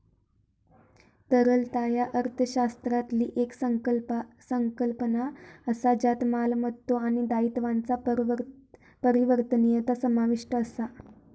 तरलता ह्या अर्थशास्त्रातली येक संकल्पना असा ज्यात मालमत्तो आणि दायित्वांचा परिवर्तनीयता समाविष्ट असा